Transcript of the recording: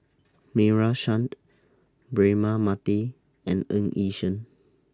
Meira Chand Braema Mathi and Ng Yi Sheng